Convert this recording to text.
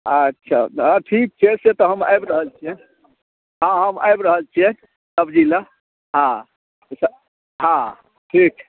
अच्छा अँ ठीक छै से तऽ हम आबि रहल छिअनि तऽ हाँ हम आबि रहल छिअनि सब्जीलए हाँ हाँ ठीक छै